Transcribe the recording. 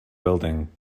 building